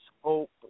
hope